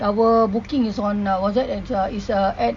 our booking is on a what's that it's ah at